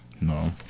No